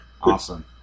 Awesome